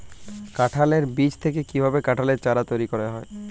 কাঁঠালের বীজ থেকে কীভাবে কাঁঠালের চারা তৈরি করা হয়?